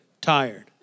tired